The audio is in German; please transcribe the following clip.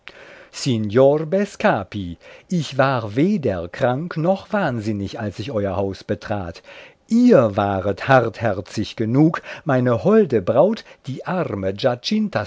ich war weder krank noch wahnsinnig als ich euer haus betrat ihr waret hartherzig genug meine holde braut die arme